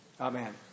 Amen